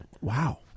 Wow